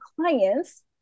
clients